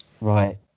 Right